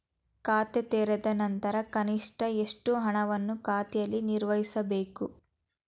ಖಾತೆ ತೆರೆದ ನಂತರ ಕನಿಷ್ಠ ಎಷ್ಟು ಹಣವನ್ನು ಖಾತೆಯಲ್ಲಿ ನಿರ್ವಹಿಸಬೇಕು?